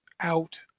out